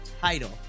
title